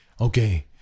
Okay